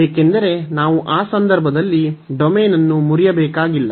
ಏಕೆಂದರೆ ನಾವು ಆ ಸಂದರ್ಭದಲ್ಲಿ ಡೊಮೇನ್ ಅನ್ನು ಮುರಿಯಬೇಕಾಗಿಲ್ಲ